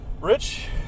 rich